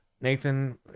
Nathan